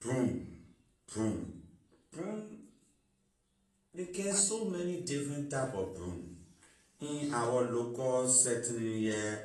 Broom broom broom ley get so many different type of broom in our local setting here